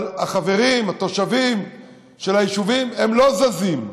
אבל החברים, התושבים של היישובים, הם לא זזים.